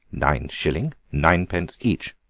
nine schilling nine pence each,